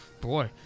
Boy